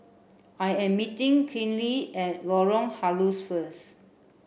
I am meeting Kinley at Lorong Halus first